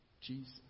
Jesus